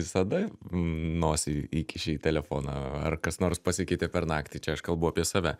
visada nosį įkišę į telefoną ar kas nors pasikeitė per naktį čia aš kalbu apie save